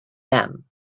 them